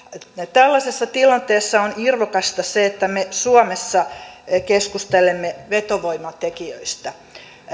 tällaisessa tilanteessa on irvokasta se että me suomessa keskustelemme vetovoimatekijöistä